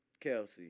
Kelsey